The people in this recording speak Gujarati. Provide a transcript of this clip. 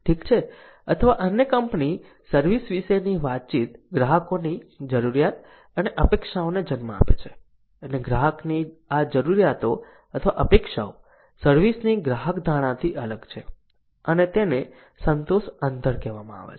ઠીક છે અથવા અન્ય કંપની સર્વિસ વિશેની વાતચીત ગ્રાહકની જરૂરિયાતો અને અપેક્ષાઓને જન્મ આપે છે અને ગ્રાહકની આ જરૂરિયાતો અથવા અપેક્ષાઓ સર્વિસ ની ગ્રાહક ધારણાથી અલગ છે અને તેને સંતોષ અંતર કહેવામાં આવે છે